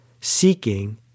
seeking